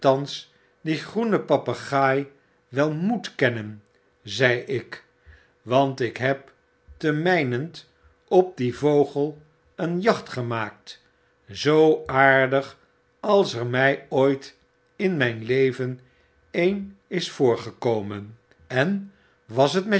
dien groenen papegaai wel raoef kennen zei ik want ik heb te mijnent op dien vogel een jacht gemaakt zoo aardig als er mij ooit in myn leven een is voorgekomenl en was het